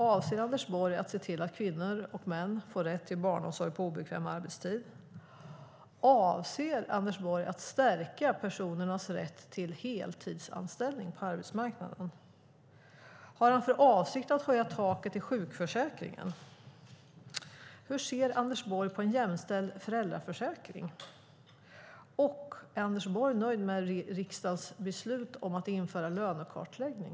Avser Anders Borg att se till att kvinnor och män får rätt till barnomsorg på obekväm arbetstid? Avser Anders Borg att stärka personers rätt till heltidsanställning på arbetsmarknaden? Har han för avsikt att höja taket i sjukförsäkringen? Hur ser Anders Borg på en jämställd föräldraförsäkring, och är Anders Borg nöjd med riksdagens beslut om att införa lönekartläggning?